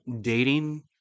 dating